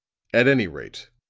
at any rate,